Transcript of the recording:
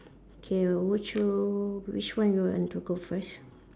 K would you which one you want to go first